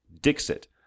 Dixit